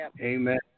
Amen